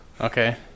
Okay